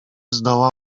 zdoła